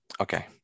Okay